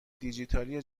دیجیتالی